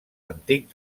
antic